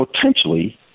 potentially